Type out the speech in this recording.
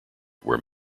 where